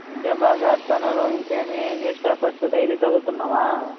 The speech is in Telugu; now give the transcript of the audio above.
ఇండియా బాగా ఆడుతుంది ఇంకా ఏమి న్యూస్పేపర్స్ డైలీ చదువుతున్నావా